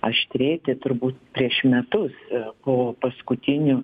aštrėti turbūt prieš metus po paskutinių